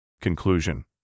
Conclusion